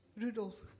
Rudolph